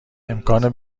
امکان